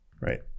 Right